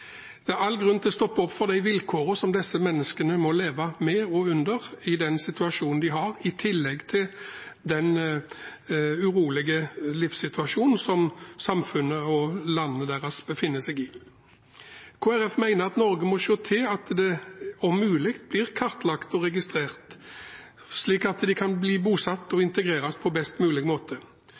Det er all grunn til å stoppe opp ved vilkårene disse menneskene må leve med og under, i tillegg til den urolige situasjonen samfunnet og landet til disse menneskene befinner seg i. Kristelig Folkeparti mener at Norge må se til at dette om mulig blir kartlagt og registrert, slik at de kan bli bosatt og integrert på best mulig måte.